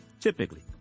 Typically